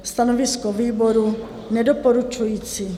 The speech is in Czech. Stanovisko výboru: Nedoporučující.